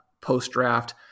post-draft